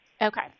Okay